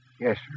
Yes